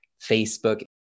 Facebook